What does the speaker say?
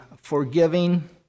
forgiving